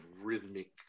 rhythmic